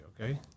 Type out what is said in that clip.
okay